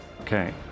Okay